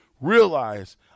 Realize